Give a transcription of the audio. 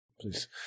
Please